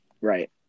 Right